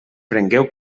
prengueu